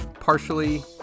partially